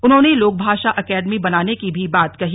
उन्होंने लोकभाषा एकेडमी बनाने की भी बात कही